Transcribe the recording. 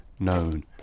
known